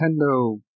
Nintendo